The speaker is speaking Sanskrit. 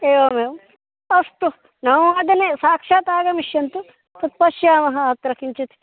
एवमेवम् अस्तु नववादने साक्षात् आगमिष्यन्तु तत्पश्यामः अत्र किञ्चित्